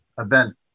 event